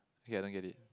okay I don't get it